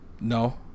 No